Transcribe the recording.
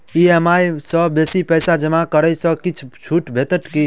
EMI सँ बेसी पैसा जमा करै सँ किछ छुट भेटत की?